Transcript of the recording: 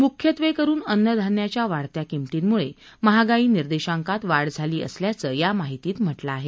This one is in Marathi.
मुख्यत्वेकरुन अन्नधान्याच्या वाढत्या किमतींमुळे महागाई निर्देशांकात वाढ झाली असल्याचं या माहितीत म्हटलं आहे